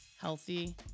healthy